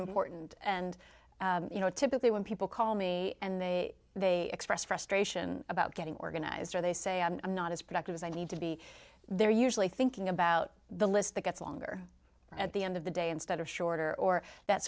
mportant and you know typically when people call me and they they express frustration about getting organized or they say i'm not as productive as i need to be they're usually thinking about the list that gets longer at the end of the day instead of shorter or that